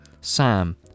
Sam